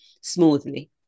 smoothly